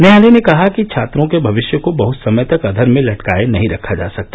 न्यायालय ने कहा कि छात्रों के भविष्य को बहत समय तक अघर में लटकाए नहीं रखा जा सकता